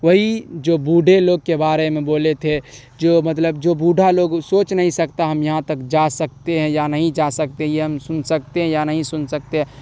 وہی جو بوڑھے لوگ کے بارے میں بولے تھے جو مطلب جو بوڑھا لوگ سوچ نہیں سکتا ہم یہاں تک جا سکتے ہیں یا نہیں جا سکتے یہ ہم سن سکتے ہیں یا نہیں سن سکتے